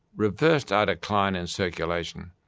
reversed our decline in circulation,